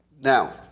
Now